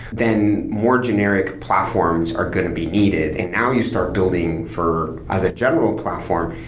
then more generic platforms are going to be needed and now you start building for as a general platform,